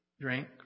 drink